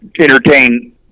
entertain